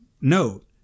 note